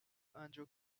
andrew